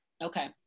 Okay